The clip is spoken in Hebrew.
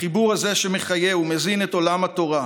החיבור שמחיה ומזין את עולם התורה,